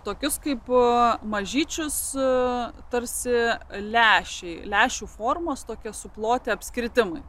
tokius kaip mažyčiu tarsi lęšiai lęšių formos tokia suploti apskritimai